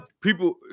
people